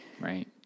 Right